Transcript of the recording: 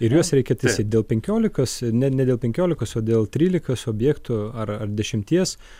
ir juos reikia taisyt dėl penkiolikos ne ne dėl penkiolikos o dėl trylikos objektų ar ar dešimties